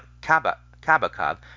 Kabakov